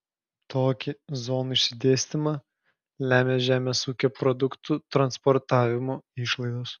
tokį zonų išsidėstymą lemia žemės ūkio produktų transportavimo išlaidos